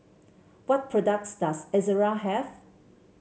what products does Ezerra have